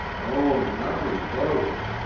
oh lovely quotes!